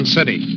City